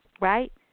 right